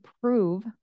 prove